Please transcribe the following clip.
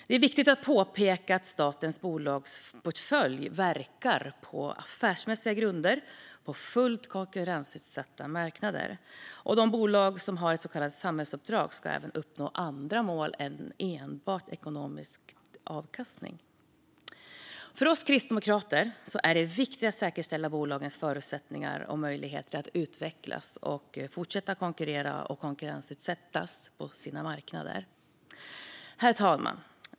Det är viktigt att påpeka att statens bolagsportfölj verkar på affärsmässiga grunder på fullt konkurrensutsatta marknader. De bolag som har ett så kallat samhällsuppdrag ska även uppnå andra mål än enbart ekonomisk avkastning. För oss kristdemokrater är det viktigt att säkerställa bolagens förutsättningar och möjligheter att utvecklas och fortsätta att konkurrera och konkurrensutsättas på sina marknader. Herr talman!